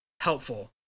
helpful